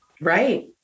Right